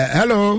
hello